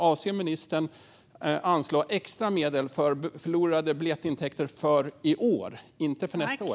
Avser han att anslå extra medel för förlorade biljettintäkter i år, inte för nästa år?